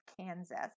Kansas